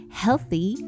healthy